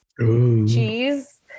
cheese